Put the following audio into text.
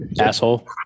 Asshole